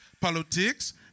politics